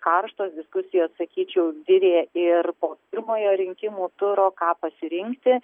karštos diskusijos sakyčiau virė ir po pirmojo rinkimų turo ką pasirinkti